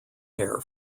hair